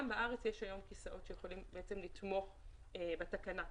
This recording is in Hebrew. בארץ יש היום כיסאות שיכולים לתמוך בתקנה כזאת.